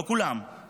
לא כולם,